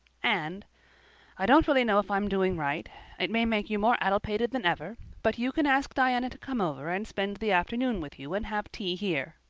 and i don't really know if i'm doing right it may make you more addlepated than ever but you can ask diana to come over and spend the afternoon with you and have tea here.